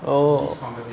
oh